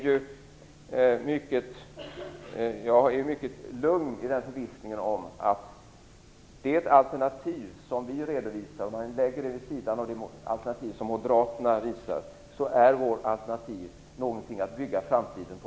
Jag är mycket lugn i förvissningen om att det alternativ som vi redovisar, jämfört med moderaternas alternativ, är någonting att bygga framtiden på.